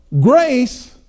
grace